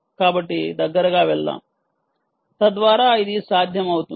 కాబట్టి దగ్గరగా వెళ్దాం తద్వారా ఇదిసాధ్యమవుతుంది